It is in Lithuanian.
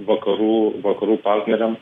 vakarų vakarų partneriam